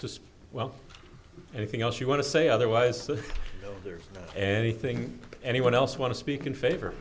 say well anything else you want to say otherwise there's anything anyone else want to speak in favor